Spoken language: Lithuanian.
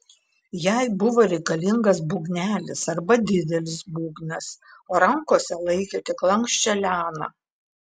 jai buvo reikalingas būgnelis arba didelis būgnas o rankose laikė tik lanksčią lianą